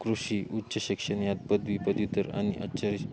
कृषी उच्च शिक्षण ह्यात पदवी पदव्युत्तर आणि आजच्या